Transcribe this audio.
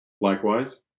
Likewise